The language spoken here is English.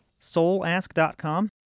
soulask.com